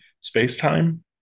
space-time